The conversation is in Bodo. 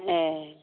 ए